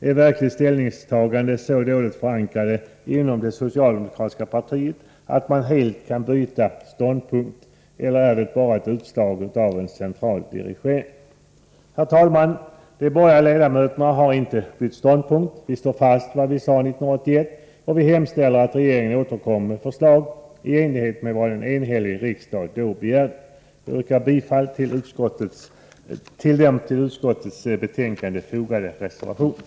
Är verkligen ställningstagandena så dåligt förankrade inom det socialdemokratiska partiet att man kan helt byta ståndpunkt, eller är det bara ett utslag av central dirigering? Herr talman! De borgerliga ledamöterna har inte bytt ståndpunkt. Vi står fast vid vad vi sade 1981, och vi hemställer att regeringen återkommer med ett förslag i enlighet med vad en enhällig riksdag då begärde. Jag yrkar bifall till den till utskottsbetänkandet fogade reservationen.